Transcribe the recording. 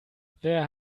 wer